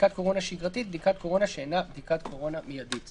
"בדיקת קורונה שגרתית" בדיקת קורונה שאינה בדיקת קורונה מיידית.